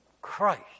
Christ